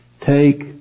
Take